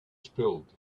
spilled